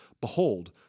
Behold